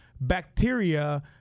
bacteria